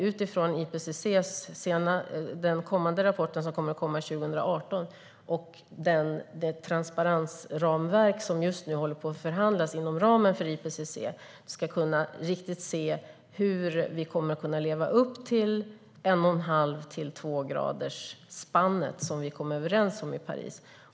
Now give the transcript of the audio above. Utifrån IPCC:s kommande rapport 2018 och det transparensramverk som just nu håller på att förhandlas fram inom ramen för IPCC ska man se hur vi kommer att kunna att leva upp till 11⁄2-2-gradersspannet som vi kom överens om i Paris.